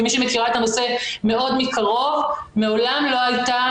כמי שמכירה את נושא מאוד מקרוב - מעולם לא הייתה